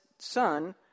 son